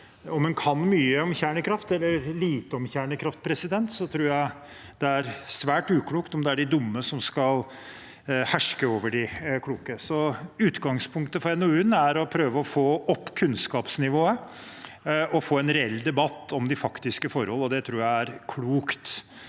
Om en kan mye eller lite om kjernekraft, tror jeg det er svært uklokt om det er de dumme som skal herske over de kloke, så utgangspunktet for NOU-en er å prøve å få opp kunnskapsnivået og få en reell debatt om de faktiske forhold. Det tror jeg er klokt